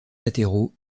latéraux